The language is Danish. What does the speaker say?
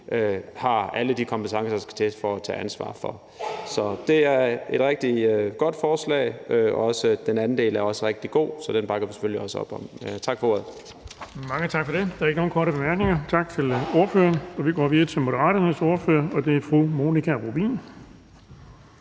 har de kompetencer, der skal til, for at tage ansvar for. Så det er et rigtig godt forslag, og den anden del er også rigtig god, så den bakker vi selvfølgelig også op om. Tak for ordet. Kl. 17:12 Den fg. formand (Erling Bonnesen): Mange tak for det. Der er ikke nogen korte bemærkninger. Tak til ordføreren. Vi går videre til Moderaternes ordfører, og det er fru Monika Rubin.